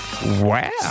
Wow